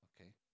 Okay